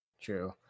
True